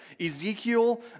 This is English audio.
Ezekiel